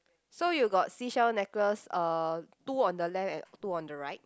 so you got seashell necklace uh two on the left and two on the right